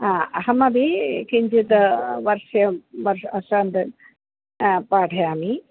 हा अहमपि किञ्चित् वर्षें वर्षान्तं अ पाठयामि